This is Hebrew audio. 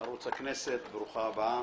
ערוץ הכנסת ברוכה הבאה.